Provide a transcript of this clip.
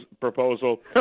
proposal